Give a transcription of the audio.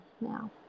now